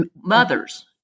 Mothers